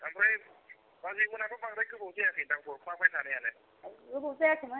आमफ्राय बाजैमोना बांद्राय गोबाव जायाखैदां हरफाबाय थानायानो औ गोबाव जायाखैमोन जानाया मैया हैदोंमोन आरो